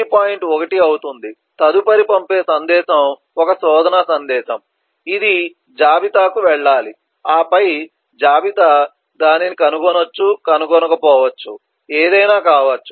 1 అవుతుంది తదుపరి పంపే సందేశం ఒక శోధన సందేశం ఇది జాబితాకు వెళ్లాలి ఆపై జాబితా దానిని కనుగొనచ్చు కనుగొనకపోవచ్చు ఏదయినా కావచ్చు